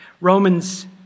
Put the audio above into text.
Romans